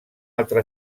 altra